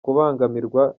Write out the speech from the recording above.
kubangamirwa